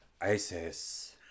Isis